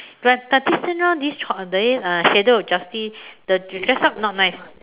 but but this time round this ch~ that means uh this shadow of justice the dress up not nice